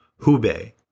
Hubei